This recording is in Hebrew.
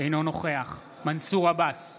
אינו נוכח מנסור עבאס,